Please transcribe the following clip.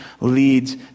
leads